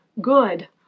good